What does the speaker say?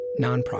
nonprofit